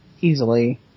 easily